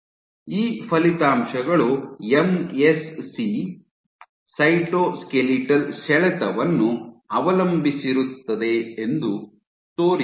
ಈ ಫಲಿತಾಂಶಗಳು MSC cytoskeletal ಸೆಳೆತವನ್ನು ಅವಲಂಬಿಸಿರುತ್ತದೆ ಎಂದು ತೋರಿಸುತ್ತದೆ